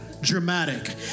Dramatic